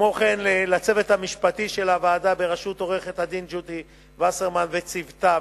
כמו כן לצוות המשפטי של הוועדה בראשות עורכת-הדין ג'ודי וסרמן וצוותה,